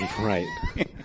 Right